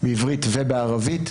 בעברית ובערבית,